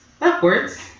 upwards